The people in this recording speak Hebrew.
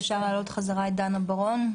אני רוצה להגיד דבר אחד שמפריע,